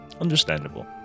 understandable